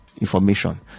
Information